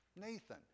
Nathan